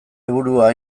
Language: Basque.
burua